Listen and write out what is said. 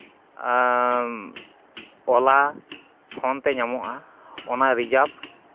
ᱳᱞᱟ ᱯᱷᱳᱱ ᱛᱮ ᱧᱟᱢᱚᱜᱼᱟ ᱚᱱᱟ ᱨᱤᱡᱟᱨᱵᱷ